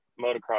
motocross